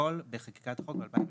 בפרוטוקול בחקיקת חוק מ-2016.